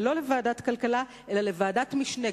ולא לוועדת הכלכלה אלא לוועדת משנה.